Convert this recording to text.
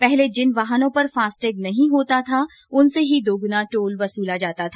पहले जिन वाहनों पर फास्ट टैग नहीं होता था उनसे ही दोगुना टोल वसूला जाता था